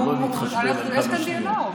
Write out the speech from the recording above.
יש כאן דיאלוג.